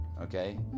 Okay